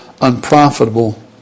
unprofitable